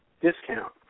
discount